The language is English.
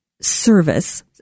service